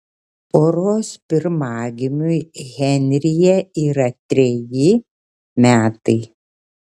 poros pirmagimiui henryje yra treji metai